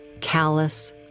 Callous